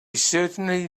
certainly